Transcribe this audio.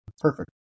Perfect